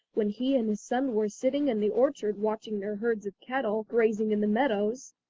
when he and his son were sitting in the orchard watching their herds of cattle grazing in the meadows,